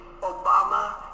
Obama